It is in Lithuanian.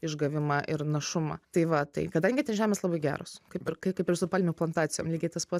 išgavimą ir našumą tai va tai kadangi žemės labai geros kaip ir kaip ir su palmių plantacijom lygiai tas pats